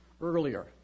earlier